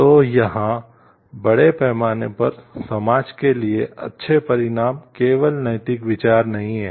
तो यहाँ बड़े पैमाने पर समाज के लिए अच्छे परिणाम केवल नैतिक विचार नहीं हैं